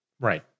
Right